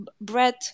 bread